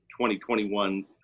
2021